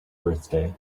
birthday